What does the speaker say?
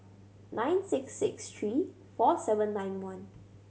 nine six six three four seven nine one